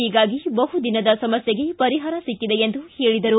ಹೀಗಾಗಿ ಬಹು ದಿನದ ಸಮಸ್ಯೆಗೆ ಪರಿಹಾರ ಸಿಕ್ಕಿದೆ ಎಂದು ಹೇಳಿದರು